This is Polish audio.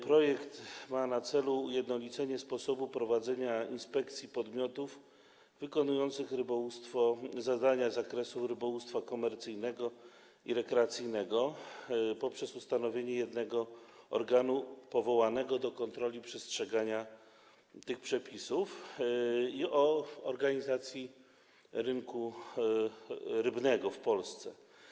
Projekt ma na celu ujednolicenie sposobu prowadzenia inspekcji podmiotów wykonujących zadania z zakresu rybołówstwa komercyjnego i rekreacyjnego poprzez ustanowienie jednego organu powołanego do kontroli przestrzegania tych przepisów i organizacji rynku rybnego w Polsce.